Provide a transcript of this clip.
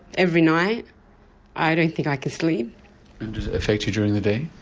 every night i don't think i can sleep. does it affect you during the day?